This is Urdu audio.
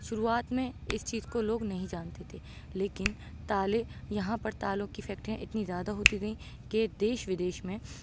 شروعات میں اس چیز کو لوگ نہیں جانتے تھے لیکن تالے یہاں پر تالوں کی فیکٹریاں اتنی زیادہ ہوتی گئیں کہ دیش ودیش میں